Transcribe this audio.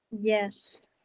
Yes